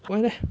why leh